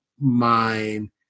mind